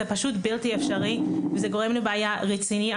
פשוט בלתי אפשרי וזה גורם לבעיה רצינית.